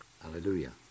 Hallelujah